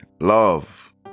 Love